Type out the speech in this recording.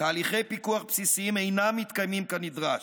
"תהליכי פיקוח בסיסיים אינם מתקיימים כנדרש: